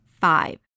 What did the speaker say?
five